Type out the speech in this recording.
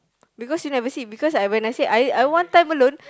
because you never see because when I say I I want time alone